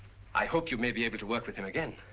i hope you may be able to work with him again.